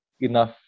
enough